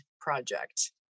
Project